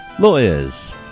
Lawyers